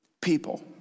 people